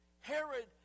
Herod